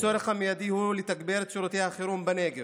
הצורך המיידי הוא לתגבר את שירותי החירום בנגב,